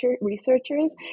researchers